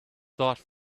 thought